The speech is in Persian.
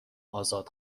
آزاد